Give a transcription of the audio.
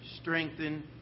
strengthen